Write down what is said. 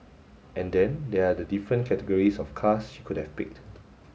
and then there are the different categories of cars she could have picked